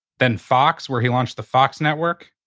then fox, where he launched the fox network.